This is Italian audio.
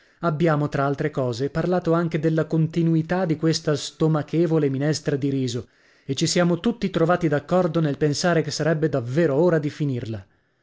abbiamo tra altre cose parlato anche della continuità di questa stomachevole minestra di riso e ci siamo tutti trovati daccordo nel pensare che sarebbe davvero ora di finirla